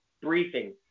briefing